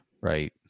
right